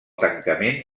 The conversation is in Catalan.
tancament